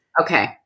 Okay